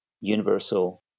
universal